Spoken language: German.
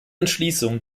entschließung